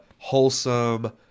wholesome